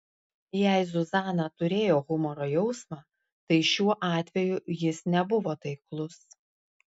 jei zuzana turėjo humoro jausmą tai šiuo atveju jis nebuvo taiklus